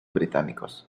británicos